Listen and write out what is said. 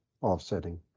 offsetting